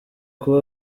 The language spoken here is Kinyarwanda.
kuba